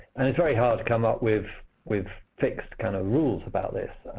and it's very hard to come up with with fixed kind of rules about this,